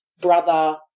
brother